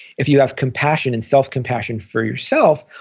if you have compassion and self-compassion for yourself,